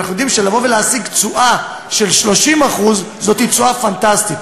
אנחנו יודעים שלהשיג תשואה של 30% זאת תשואה פנטסטית.